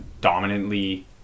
dominantly